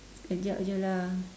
sekejap jer lah